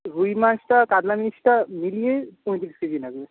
রুই মাছটা কাতলা মাছটা মিলিয়ে পঁয়ত্রিশ কেজি লাগবে